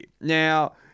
Now